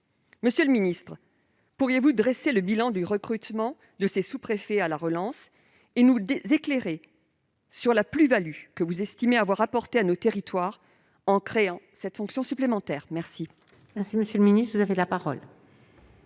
Monsieur le ministre, pourriez-vous dresser le bilan du recrutement de ces sous-préfets à la relance et nous éclairer sur la plus-value que vous estimez avoir apportée à nos territoires en créant cette fonction supplémentaire ? La parole est à M. le ministre délégué. Madame